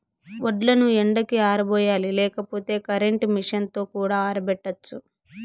వడ్లను ఎండకి ఆరబోయాలి లేకపోతే కరెంట్ మెషీన్ తో కూడా ఆరబెట్టచ్చు